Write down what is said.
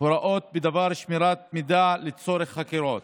והוראות בדבר שמירת מידע לצורך חקירות.